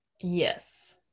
Yes